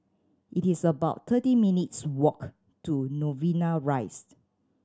it is about thirty minutes' walk to Novena Rise